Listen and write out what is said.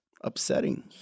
upsetting